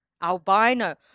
albino